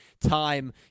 time